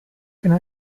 can